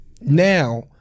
Now